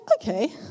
okay